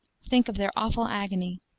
think of their awful agony.